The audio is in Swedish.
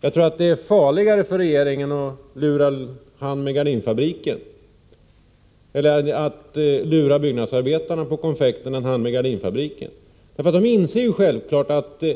Jag tror att det är farligare för regeringen att lura byggnadsarbetarna på konfekten än att lura företagaren med gardinfabriken. De inser självfallet att det